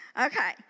Okay